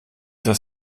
das